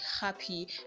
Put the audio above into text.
happy